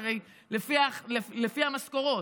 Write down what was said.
זה הרי לפי המשכורות.